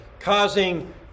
Causing